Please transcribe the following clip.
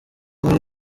muri